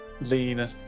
lean